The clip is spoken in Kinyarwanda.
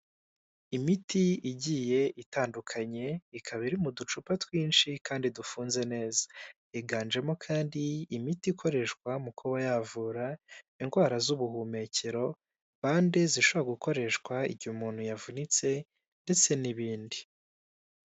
Imiti igiye itandukanye, ikaba iri mu ducupa twinshi kandi dufunze neza, higanjemo kandi imiti ikoreshwa mu kuba yavura indwara z'ubuhumekero, bande zishobora gukoreshwa igihe umuntu yavunitse ndetse n'ibindi.